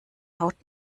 haut